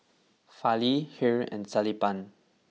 Fali Hri and Sellapan